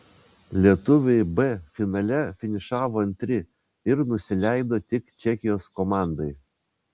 lietuviai b finale finišavo antri ir nusileido tik čekijos komandai